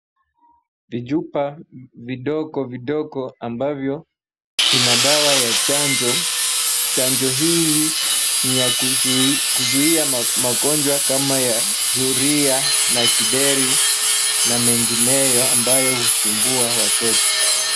Vichupa vidogo vidogo ambavyo vina dawa ya chanjo. Chanjo hii ni ya kuzuia magonjwa kama ya suria na kideri na mengineyo ambayo husumbua watoto.